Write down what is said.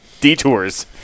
detours